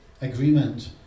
agreement